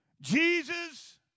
Jesus